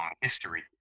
history